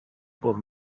por